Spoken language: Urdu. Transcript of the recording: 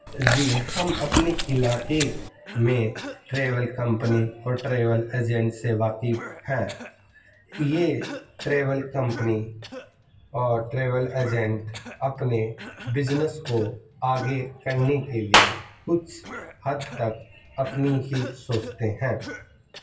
جی ہم اپنے علاقے میں ٹریول کمپنی اور ٹریول ایجنٹ سے واقف ہیں یہ ٹریول کمپنی اور ٹریول ایجنٹ اپنے بزنس کو آگے کرنے کے لیے کچھ حد تک اپنی ہی سوچتے ہیں